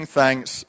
thanks